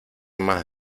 más